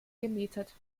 gemietet